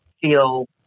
feel